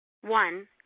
One